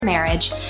marriage